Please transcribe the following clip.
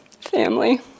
family